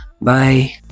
Bye